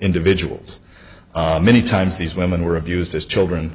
individuals many times these women were abused as children